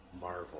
Marvel